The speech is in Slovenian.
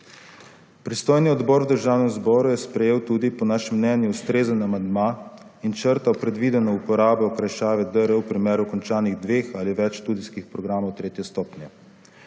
Pristojni odbor v Državnem zboru je sprejel tudi po našem mnenju ustrezen amandma in črtal prevideno uporabo okrajšave »dr« v primeru končanih dveh ali več študijskih programov tretje stopnje.